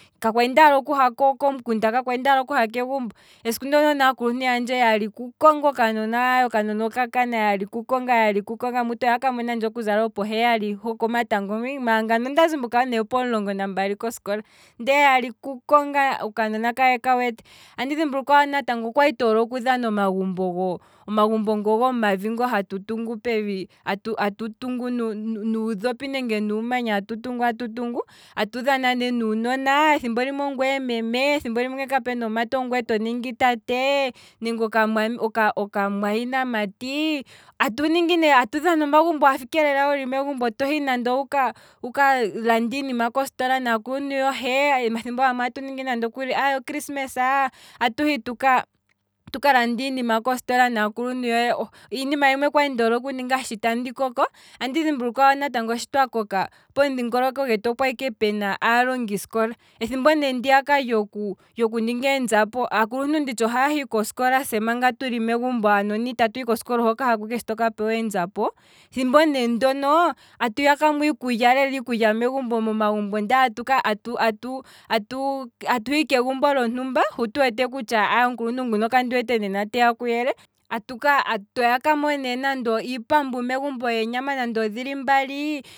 Ka kwali ndaala okuha komukunda, ka kwali ndaala okuha kegumbo, esiku ndono nee akuuluntu yandje yali ku konga okanona, aye okanona oka kana, yali kungonga yali ku konga, mutu oya ka monandje okuza lopo heyali hokomatango hwi, maala ngano onda zimbuka lopomulongo nambali kosikola, ndee yali ku konga, okanona kaye kawete, andi dhimbulukwa natango kwali toole okudhana omagumbo, omagumbo ngo gomavi kwali hatu tungu pevi atu tungu nu- nudhopi nenge nuumanya atu tungu atu tungu, atu dhana ne nuunona, thimbo limwe ongweye meme, thimbo limwe nge kapuna omumati ongweye to ningi tate, nenge oka- oka mwahinamati, atu dhana lela omagumbo wafa ike wuli momagumbo, atuhi nande wuka lande iinima kositola naakuntu yohe, omathimbo gamwe atu ningi nande okrisimesa, atuhi ne tuka tuka lande iinima kositola hohe naakuluntu yohe, iinima yimwe kwali ndi hole okuninga sho tandi koko, andi dhimbulukwa natango shi twa koka, pomudhingoloko gwetu opwali ike puna aalongiskola, ethimbo ne ndiya lyokuninga eenzapo, aakuluntu oha yahi kosikola manga tse aanona tuli megumbo, itatu hikosikola, oho ka hako ike sho toka pewa eenzapo, thimbo ne ndono atu yakamo iikulya megumbo ndele atu- atu- atu atuhi kegumbo lyontumba hu tu wete lela kutya katu wete omukuluntu ngono teya kuyele, atuka atu yakamo nande iipambu yeenyama megumbo nande oyili iyali